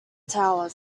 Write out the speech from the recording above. tower